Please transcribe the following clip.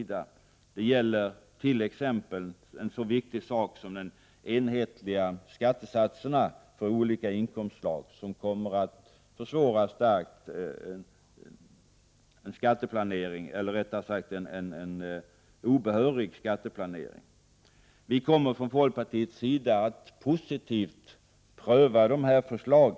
Det gäller t.ex. en så viktig sak som de enhetliga skattesatserna för olika inkomstslag som starkt kommer att försvåra skatteflykt. Folkpartiet kommer att positivt pröva dessa förslag.